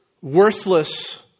worthless